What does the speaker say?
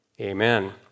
amen